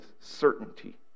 certainty